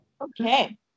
Okay